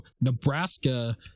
Nebraska